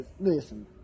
Listen